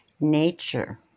nature